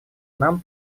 нам